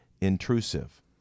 intrusive